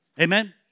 Amen